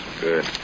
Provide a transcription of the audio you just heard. Good